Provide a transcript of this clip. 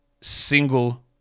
single